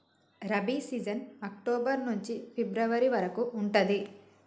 rabi season October నుంచి February వరకు ఉంటది